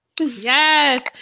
Yes